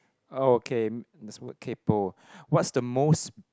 oh okay there's word kaypo what's the most